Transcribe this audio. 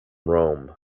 rome